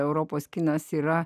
europos kinas yra